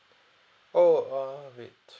oh uh wait